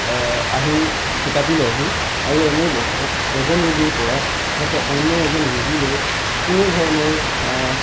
আহি থিতাপি লয়হি আৰু এনে অৱস্থাত এজন ৰোগীৰপৰা যাতে অন্য় এজন ৰোগীলৈ কোনো ধৰণৰ